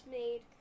made